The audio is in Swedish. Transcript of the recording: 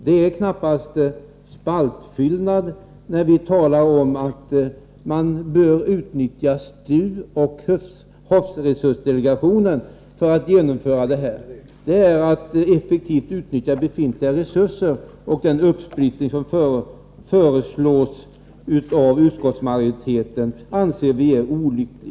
Det är knappast spaltfyllnad när vi talar om att man bör utnyttja STU och havsresursdelegationen. Det är att effektivt utnyttja befintliga resurser. Den uppsplittring som utskottsmajoriteten föreslår anser vi vara olycklig.